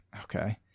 Okay